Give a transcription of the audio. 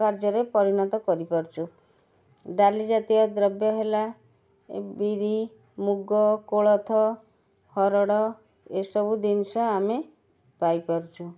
କାର୍ଯ୍ୟରେ ପରିଣତ କରିପାରୁଛୁ ଡାଲିଜାତୀୟ ଦ୍ରବ୍ୟ ହେଲା ବିରି ମୁଗ କୋଳଥ ହରଡ଼ ଏସବୁ ଜିନିଷ ଆମେ ପାଇପାରୁଛୁ